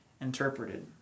interpreted